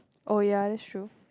oh ya that's true